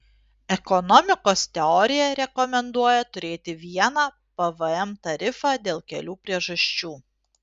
ekonomikos teorija rekomenduoja turėti vieną pvm tarifą dėl kelių priežasčių